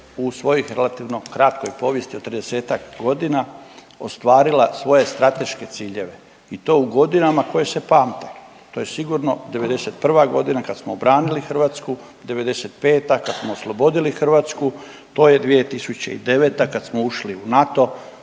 u svojoj relativno kratkoj povijesti od 30-tak godina ostvarila svoje strateške ciljeve i to u godinama koje se pamte, to je sigurno '91.g. kad smo obranili Hrvatsku, '95. kad smo oslobodili Hrvatsku, to je 2009. kad smo ušli u NATO,